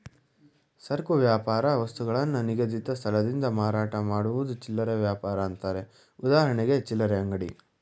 ಸರಕು ವ್ಯಾಪಾರ ವಸ್ತುಗಳನ್ನು ನಿಗದಿತ ಸ್ಥಳದಿಂದ ಮಾರಾಟ ಮಾಡುವುದು ಚಿಲ್ಲರೆ ವ್ಯಾಪಾರ ಅಂತಾರೆ ಉದಾಹರಣೆ ಚಿಲ್ಲರೆ ಅಂಗಡಿ